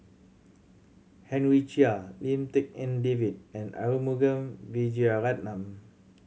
Henry Chia Lim Tik En David and Arumugam Vijiaratnam